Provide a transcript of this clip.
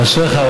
אשריך.